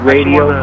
Radio